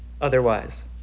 otherwise